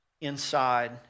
inside